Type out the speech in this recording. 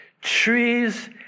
trees